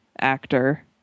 actor